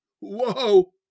Whoa